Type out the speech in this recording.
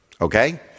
Okay